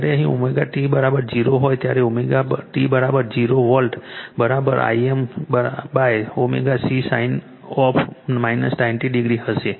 જ્યારે અહીં ωt 0 હોય ત્યારે ωt 0 V I mω c sin 90 degree હશે